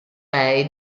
lei